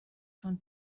چون